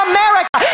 America